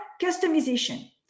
customization